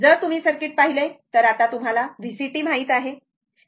जर तुम्ही सर्किट पाहिले तर आता तुम्हाला VCt माहित आहे